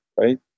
Right